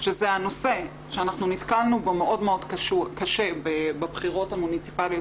שזה הנושא שאנחנו נתקלנו בו מאוד קשה בבחירות המוניציפליות,